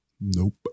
nope